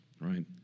right